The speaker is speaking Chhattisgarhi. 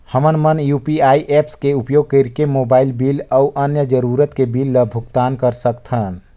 हमन मन यू.पी.आई ऐप्स के उपयोग करिके मोबाइल बिल अऊ अन्य जरूरत के बिल ल भुगतान कर सकथन